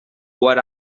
what